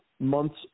months